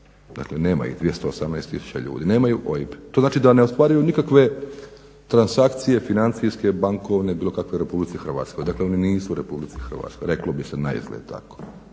Dakle, nema ih 218000. Nemaju OIB. To znači da ne ostvaruju nikakve transakcije financijske, bankovne, bilo kakve u Republici Hrvatskoj. Dakle, oni nisu u Republici Hrvatskoj, reklo bi se naizgled tako.